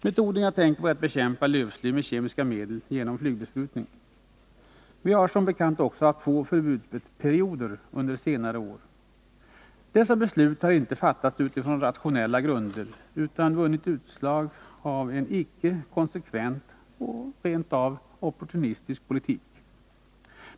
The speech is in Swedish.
Metoden jag tänker på är att bekämpa lövsly med kemiska medel genom flygbesprutning. Vi har som bekant också haft två förbudsperioder under senare tid. Dessa beslut har inte fattats utifrån rationella grunder, utan är utslag av en icke konsekvent och rent av opportunistisk politik.